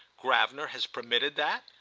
gravener has permitted that?